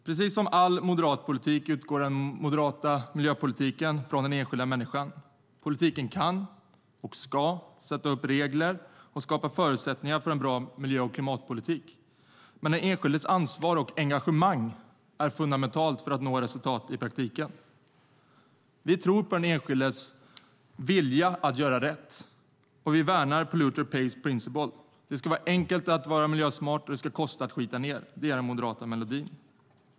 Precis som all moderat politik utgår den moderata miljöpolitiken från den enskilda människan. Politiken kan och ska sätta upp regler och skapa förutsättningar för en bra miljö och klimatpolitik, men den enskildes ansvar och engagemang är fundamentala för att nå resultat i praktiken. Vi tror på den enskildes vilja att göra rätt, och vi värnar polluter pays principle. Det ska vara enkelt att vara miljösmart, och det ska kosta att skita ned. Det är den moderata melodin.